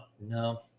no